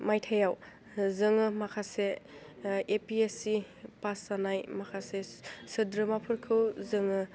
मायथाइआव जोङो माखासे A P S C pass जानाय माखासे सोद्रोमाफोरखौ जोङो